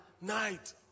night